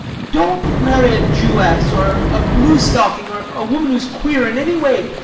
don't marry a jewess or a bluestocking or a woman who is queer in any way.